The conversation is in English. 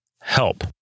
help